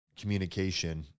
communication